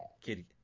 Kitty